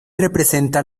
representa